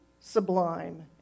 sublime